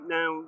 Now